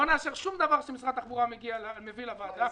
לא נאשר שום דבר שמשרד התחבורה מביא לוועדה,